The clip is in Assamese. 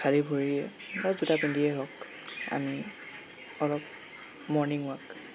খালি ভৰিৰে বা জোতা পিন্ধিয়েই হওক আমি অলপ মৰ্ণিং ৱাক